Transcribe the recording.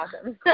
awesome